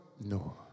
No